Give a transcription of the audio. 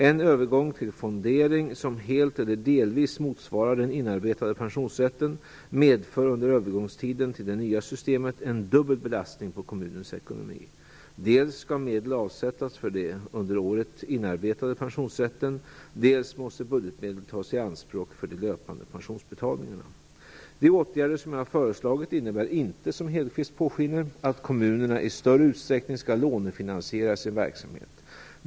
En övergång till fondering som helt eller delvis motsvarar den inarbetade pensionsrätten medför under övergångstiden till det nya systemet en dubbel belastning på kommunens ekonomi. Dels skall medel avsättas för den under året inarbetade pensionsrätten, dels måste budgetmedel tas i anspråk för de löpande pensionsbetalningarna. De åtgärder som jag har föreslagit innebär inte, som Hedquist låter påskina, att kommunerna i större utsträckning skall lånefinansiera sin verksamhet.